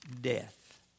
death